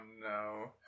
no